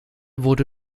wurde